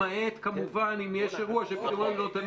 למעט כמובן אם יש אירוע --- מענה.